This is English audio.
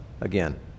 again